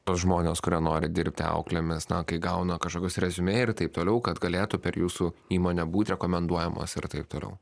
tuos žmones kurie nori dirbti auklėmis na kai gauna kažkokius reziumė ir taip toliau kad galėtų per jūsų įmonę būt rekomenduojamos ir taip toliau